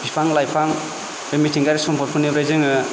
बिफां लाइफां बे मिथिंगायारि सम्पदफोरनिफ्राय जोङो